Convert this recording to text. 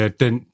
den